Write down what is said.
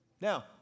Now